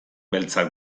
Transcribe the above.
beltzak